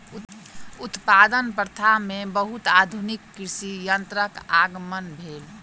उत्पादन प्रथा में बहुत आधुनिक कृषि यंत्रक आगमन भेल